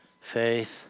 faith